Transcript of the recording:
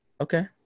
okay